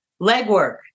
legwork